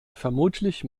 vermutlich